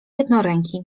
jednoręki